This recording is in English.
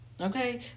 Okay